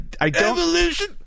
Evolution